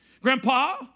Grandpa